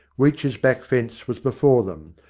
weech's back fence was before them,